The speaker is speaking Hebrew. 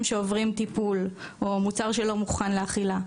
שעוברים טיפול או מוצר שלא מוכן לאכילה,